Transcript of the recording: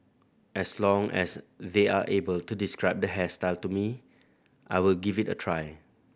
as long as they are able to describe the hairstyle to me I will give it a try